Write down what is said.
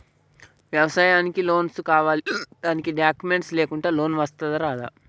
వ్యవసాయానికి లోన్స్ కావాలి దానికి డాక్యుమెంట్స్ లేకుండా లోన్ వస్తుందా రాదా?